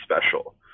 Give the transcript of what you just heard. special